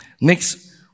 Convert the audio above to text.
Next